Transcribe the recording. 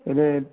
এনেই